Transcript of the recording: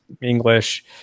English